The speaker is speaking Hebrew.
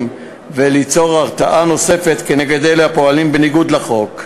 וליצור הרתעה נוספת כנגד אלה הפועלים בניגוד לחוק.